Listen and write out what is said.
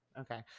Okay